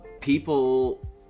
people